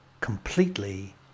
completely